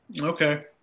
Okay